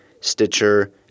Stitcher